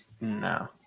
No